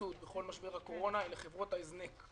להתייחסות בכל משבר הקורונה, וזה חברות ההזנק,